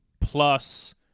plus